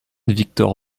victor